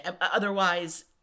otherwise